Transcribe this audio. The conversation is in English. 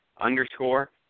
underscore